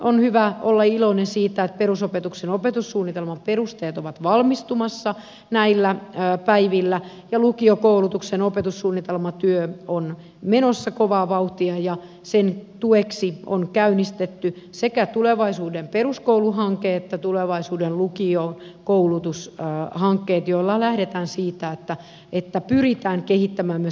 on hyvä olla iloinen siitä että perusopetuksen opetussuunnitelman perusteet ovat valmistumassa näinä päivinä ja lukiokoulutuksen opetussuunnitelmatyö on menossa kovaa vauhtia ja sen tueksi on käynnistetty sekä tulevaisuuden peruskoulu hanke että tulevaisuuden lukiokoulutus hanke joissa lähdetään siitä että pyritään kehittämään myöskin opetuksen sisältöä